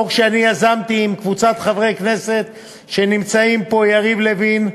חוק שיזמתי עם קבוצה של חברי כנסת שנמצאים פה: יריב לוין,